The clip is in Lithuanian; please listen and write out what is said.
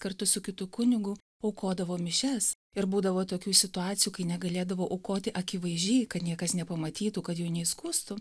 kartu su kitu kunigu aukodavo mišias ir būdavo tokių situacijų kai negalėdavo aukoti akivaizdžiai kad niekas nepamatytų kad jų neįskųstų